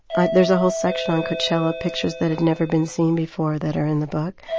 i there's a whole section on coachella pictures that had never been seen before that are in the book.